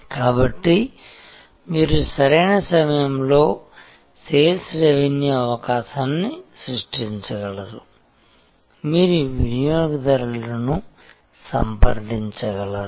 కాబట్టి మీరు సరైన సమయంలో సేల్స్ రెవెన్యూ అవకాశాన్ని సృష్టించగలరు మీరు వినియోగదారులను సంప్రదించగలరు